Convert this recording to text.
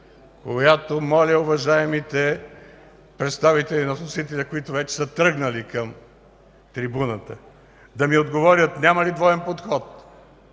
която моля уважаемите представители на вносителя, които вече са тръгнали към трибуната, да ми отговорят: няма ли двоен подход?